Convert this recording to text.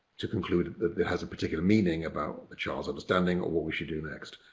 to conclude that it has a particular meaning about a child's understanding or what we should do next.